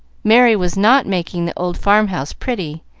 merry was not making the old farmhouse pretty,